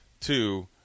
Two